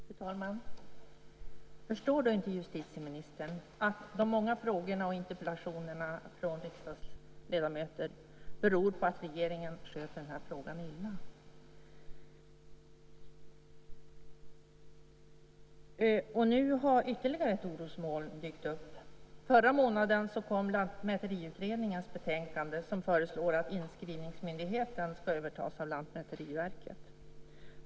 Fru talman! Förstår inte justitieministern att de många frågorna och interpellationerna från riksdagsledamöter beror på att regeringen sköter den här frågan illa? Nu har ytterligare ett orosmoln dykt upp. Förra månaden kom Lantmäteriutredningens betänkande. Där föreslås att inskrivningsmyndigheten ska övertas av Lantmäteriverket.